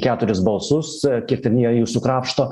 keturis balsus kiek ten jie jų sukrapšto